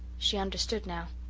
she understood now.